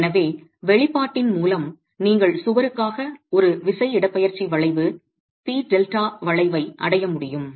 எனவே வெளிப்பாட்டின் மூலம் நீங்கள் சுவருக்காக ஒரு விசை இடப்பெயர்ச்சி வளைவு பி டெல்டா வளைவை அடைய முடியும்